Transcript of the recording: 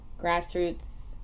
grassroots